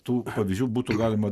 tų pavyzdžių būtų galima